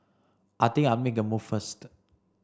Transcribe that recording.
I think I'll make a move first